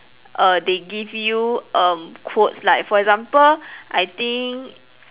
err they give you um quotes like for example I think